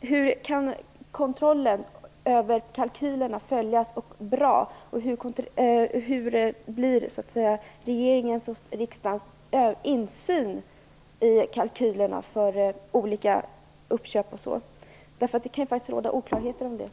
Hur kan kontrollen över kalkylerna utövas? Hur blir regeringens och riksdagens insyn i kalkylerna för olika uppköp? Det kan ju faktiskt råda oklarheter om detta.